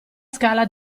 scala